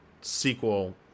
sequel